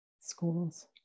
schools